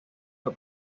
fue